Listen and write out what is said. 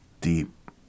deep